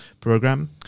program